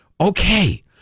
okay